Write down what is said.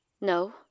No